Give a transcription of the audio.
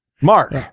Mark